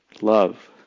love